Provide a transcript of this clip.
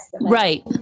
Right